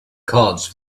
cards